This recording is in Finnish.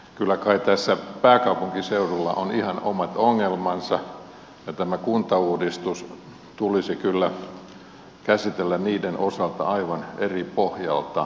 kyllä kai tässä pääkaupunkiseudulla on ihan omat ongelmansa ja tämä kuntauudistus tulisi kyllä käsitellä niiden osalta aivan eri pohjalta